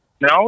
No